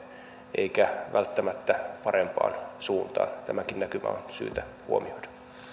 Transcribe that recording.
eikä välttämättä parempaan suuntaan tämäkin näkymä on syytä huomioida